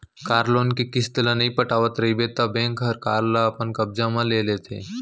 car loan के किस्त ल नइ पटावत रइबे त बेंक हर कार ल अपन कब्जा म ले लेथे